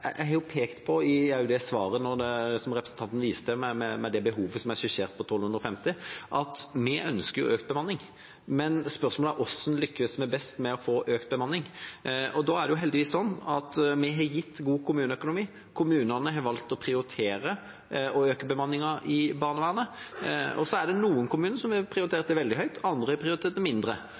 Jeg har pekt på i det svaret som representanten viste til om behovet for 1 250 som er skissert, at vi ønsker økt bemanning. Men spørsmålet er: Hvordan lykkes vi best med å få økt bemanning? Det er heldigvis sånn at vi har gitt kommunene god økonomi. Kommunene har valgt å prioritere det å øke bemanningen i barnevernet. Noen kommuner har prioritert det veldig høyt, andre har prioritert det mindre.